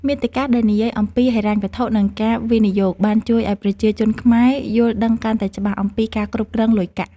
មាតិកាដែលនិយាយអំពីហិរញ្ញវត្ថុ និងការវិនិយោគបានជួយឱ្យប្រជាជនខ្មែរយល់ដឹងកាន់តែច្បាស់អំពីការគ្រប់គ្រងលុយកាក់។